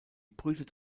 brütet